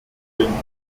film